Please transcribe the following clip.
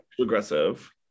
Aggressive